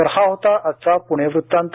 तर हा होता आजचा प्णे वृतांत